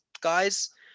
guys